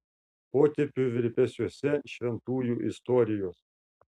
potėpių virpesiuose šventųjų istorijos